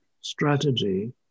strategy